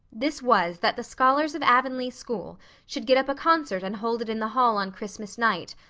this was that the scholars of avonlea school should get up a concert and hold it in the hall on christmas night,